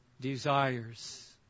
desires